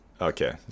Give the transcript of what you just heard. Okay